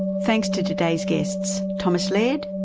thanks to today's guests, thomas laird,